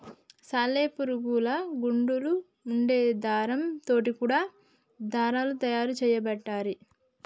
సాలె పురుగుల గూడులా వుండే దారం తోటి కూడా దారాలు తయారు చేయబట్టిరి